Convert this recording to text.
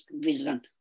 vision